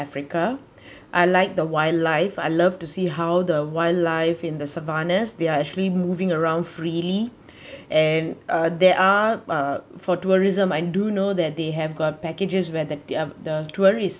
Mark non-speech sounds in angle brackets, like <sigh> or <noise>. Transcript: africa <breath> I like the wildlife I love to see how the wildlife in the savannas there are actually moving around freely <breath> and uh there are uh for tourism I do know that they have got packages where the their the tourist